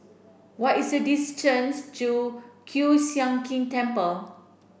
what is the distance to Kiew Sian King Temple